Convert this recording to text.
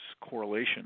correlation